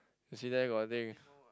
you see there got what thing